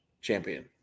Champion